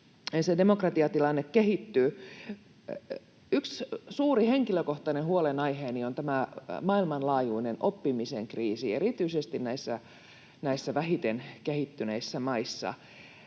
demokratiatilanne kehittyy. Yksi suuri henkilökohtainen huolenaiheeni on tämä maailmanlaajuinen oppimisen kriisi erityisesti näissä vähiten kehittyneissä maissa.